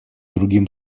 другим